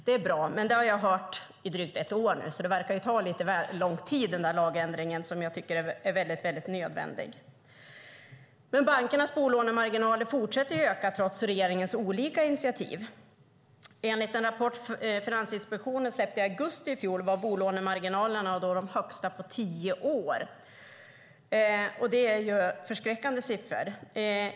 Det är bra, men det har jag hört i drygt ett år nu så det verkar ta lite väl lång tid med den lagändring som jag tycker är väldigt nödvändig. Bankernas bolånemarginaler fortsätter ju att öka trots regeringens olika initiativ. Enligt en rapport Finansinspektionen släppte i augusti i fjol var bolånemarginalerna då de högsta på tio år. Det är förskräckande siffror.